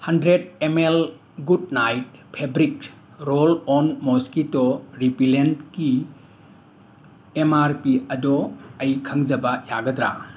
hundred M L good knight fabric roll on mosquito ꯔꯤꯄꯤꯂꯦꯟꯠꯀꯤ M R P ꯑꯗꯣ ꯑꯩ ꯈꯪꯖꯕ ꯌꯥꯒꯗ꯭ꯔ